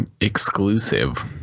exclusive